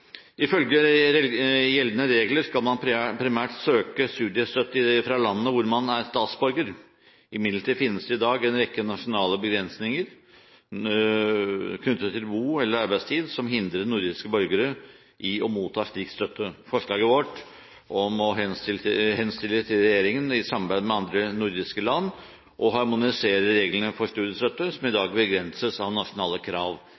Ifølge gjeldende regler skal man primært søke studiestøtte fra det landet der man er statsborger. I dag finnes det imidlertid en rekke nasjonale begrensninger knyttet til bo- eller arbeidstid, som hindrer nordiske borgere i å motta slik støtte. Forslaget vårt går ut på å henstille til regjeringen, i samarbeid med andre nordiske land, å harmonisere reglene for studiestøtte, som i dag begrenses av nasjonale krav.